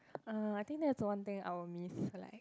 uh I think that's one thing I will miss like